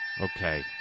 Okay